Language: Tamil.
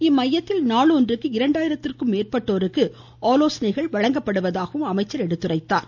இம்மையத்தில் நாள் ஒன்றுக்கு இரண்டாயிரத்திற்கும் மேற்பட்டோருக்கு ஆலோசனைகள் வழங்கப்படுவதாகவும் அமைச்சர் எடுத்துரைத்தார்